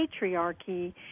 patriarchy